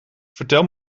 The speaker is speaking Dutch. vertel